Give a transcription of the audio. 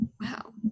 wow